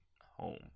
home